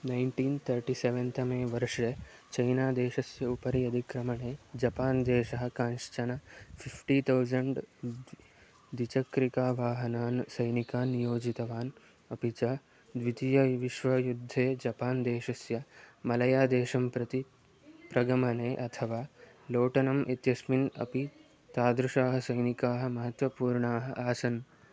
nineteen thirty seven तमे वर्षे चैनादेशस्य उपरि अधिक्रमणे जपान् देशः कांश्चन फ़िफ़्टी तौसण्ड् द्विचक्रिकावाहनान् सैनिकान् नियोजितवान् अपि च द्वितीयविश्वयुद्धे जपान् देशस्य मलयादेशं प्रति प्रगमने अथवा लोटनम् इत्यस्मिन् अपि तादृशाः सैनिकाः महत्वपूर्णाः आसन्